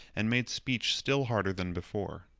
and made speech still harder than before.